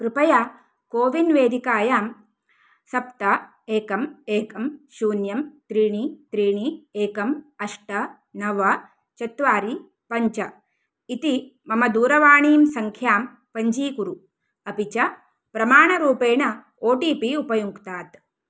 कृपया कोविन् वेदिकायां सप्त एकम् एकं शून्यं त्रीणि त्रीणि एकम् अष्ट नव चत्वारि पञ्च इति मम दूरवाणीसङ्ख्यां पञ्जीकुरु अपि च प्रमाणरूपेण ओ टि पि उपयुङ्क्तात्